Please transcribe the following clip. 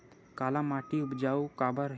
काला माटी उपजाऊ काबर हे?